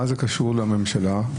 מה זה קשור לממשלה?